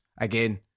again